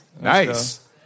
Nice